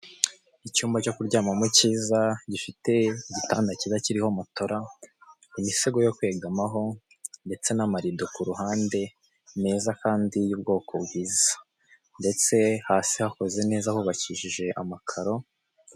Icyumba cyo kuryamamo kiza, gifite igitanda kiza kiriho matela, imisego yo kwegamaho, ndetse n'amarido ku ruhande, meza kandi y'ubwoko bwiza. Ndetse hasi hakoze neza hubakishije amakaro.